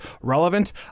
Relevant